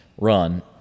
run